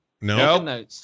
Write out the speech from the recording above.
no